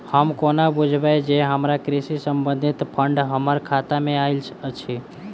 हम कोना बुझबै जे हमरा कृषि संबंधित फंड हम्मर खाता मे आइल अछि?